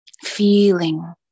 feeling